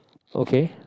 okay